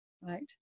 right